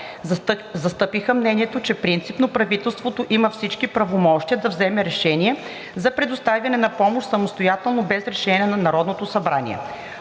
Застъпиха мнението, че принципно правителството има всички правомощия да вземе решение за предоставяне на помощ самостоятелно без решение на Народното събрание.